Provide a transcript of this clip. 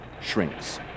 shrinks